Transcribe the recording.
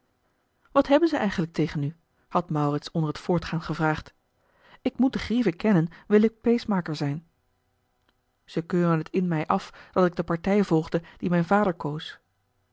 wat hebben ze eigenlijk tegen u had maurits onder het voortgaan gevraagd ik moet de grieven kennen wil ik paysmaker zijn ze keuren het in mij af dat ik de partij volgde die mijn vader koos